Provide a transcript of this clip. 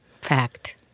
Fact